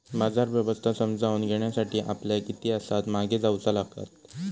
बाजार व्यवस्था समजावून घेण्यासाठी आपल्याक इतिहासात मागे जाऊचा लागात